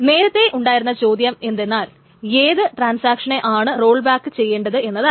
നേരത്തെ ഉണ്ടായിരുന്ന ചോദ്യം എന്തെന്നാൽ ഏത് ട്രാൻസാക്ഷനെ ആണ് റോൾ ബാക്ക് ചെയ്യേണ്ടത് എന്നായിരുന്നു